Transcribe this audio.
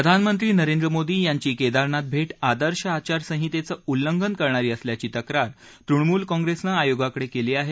प्रधानमंत्री नरेंद्र मोदी यांची केदारनाथ भेट आदर्श आचारसंहितेचं उल्लंघन करणारी असल्याची तक्रार तृणमूल काँग्रेसनं आयोगाकडे केली आहे